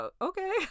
okay